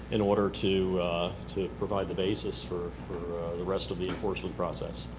in order to to provide the basis for for the rest of the enforcement process.